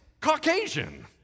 Caucasian